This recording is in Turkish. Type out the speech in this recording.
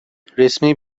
resmi